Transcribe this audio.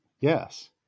yes